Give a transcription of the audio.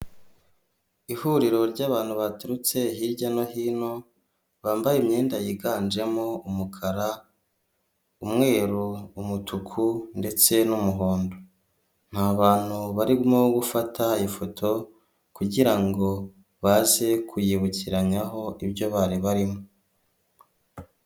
Ihuriro ry'abantu baturutse hirya no hino, bambaye imyenda yiganjemo umukara, umweru, umutuku ndetse n'umuhondo. Ni abantu barimo gufata ifoto kugira ngo baze kuyibukiranyaho ibyo bari barimo.